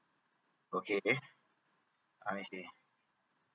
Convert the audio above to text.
okay I see